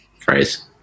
phrase